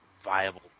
viable